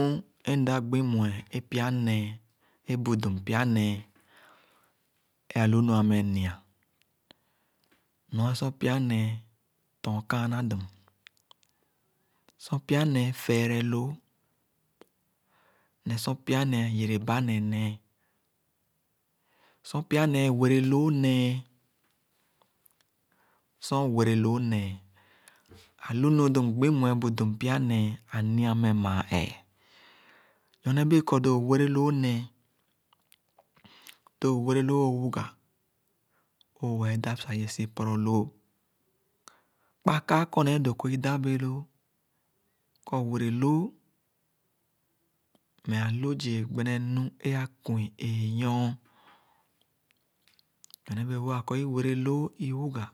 Nu ē mda gbimue é pya nēē, é bu dum pya nēē, ébu dum pya nēē é lu nu ā meh nia nɔr sor pya nēē tɔn kāāná dum. Sor pya nēē fereloo ne sor pya nēē yereba ne nēē. Sor pya nee weseloo nēē, sor ō wereloo nee alu nu lo mgbi wɛn bu òum pya nee, ānia meh māā ēē. Nyorne bēē kor lo ō wereloo nēē, lo ō wereloo ōwnga, ōō wɛɛ dáp sah ye si-pɔrɔ loo. Kpa kaa kɔr neh doo kɔr i-dān bēē loo kɔr wreloo meh ālu zii gbenenu é akwii éé-nyor, nyorne bēē-wo ā kɔr i-wereloo iwuga